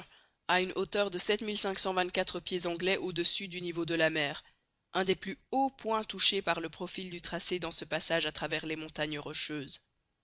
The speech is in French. à une hauteur de sept mille cinq cent vingt-quatre pieds anglais au-dessus du niveau de la mer un des plus hauts points touchés par le profil du tracé dans ce passage à travers les montagnes rocheuses